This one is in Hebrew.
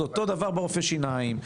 זה אותו סיפור ברופאי שינים,